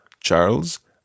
Charles